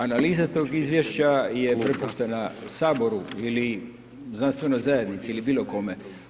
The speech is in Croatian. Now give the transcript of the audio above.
Analiza tog izvješća je prepuštena HS ili znanstvenoj zajednici ili bilo kome.